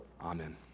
Amen